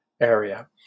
area